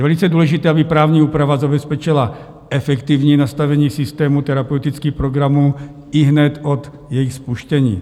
Je velice důležité, aby právní úprava zabezpečila efektivní nastavení systému terapeutických programů ihned od jejich spuštění.